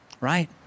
right